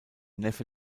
neffe